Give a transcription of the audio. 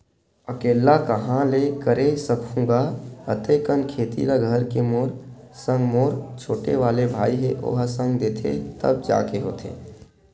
अकेल्ला काँहा ले करे सकहूं गा अते कन खेती ल घर के मोर संग मोर छोटे वाले भाई हे ओहा संग देथे तब जाके होथे